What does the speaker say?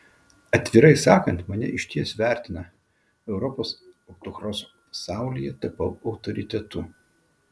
atvirai sakant mane išties vertina europos autokroso pasaulyje tapau autoritetu